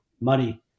money